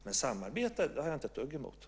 Men jag har inget emot samarbete.